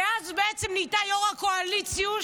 ואז בעצם נהייתה יו"ר הקואליציוש,